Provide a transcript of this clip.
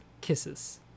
Kisses